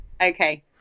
okay